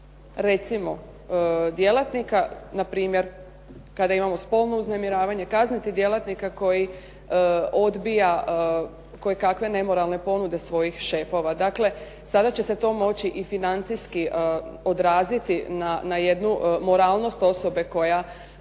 recimo djelatnika, npr. kada imamo spolno uznemiravanje, kazniti djelatnika koji odbija kojekakve nemoralne ponude svojih šefova. Dakle, sada će se to moći i financijski odraziti na jednu moralnost osobe koja